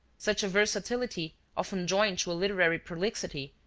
such a versatility, often joined to a literary prolixity,